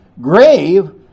grave